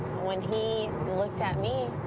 when he looked at me,